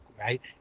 right